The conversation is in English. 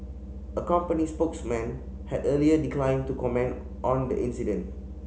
a company spokesman had earlier declined to comment on the incident